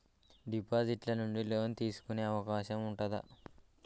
Deposit ల నుండి loan తీసుకునే అవకాశం ఉంటదా?